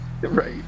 Right